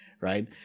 right